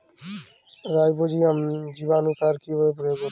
Rhizobium জীবানুসার কিভাবে প্রয়োগ করব?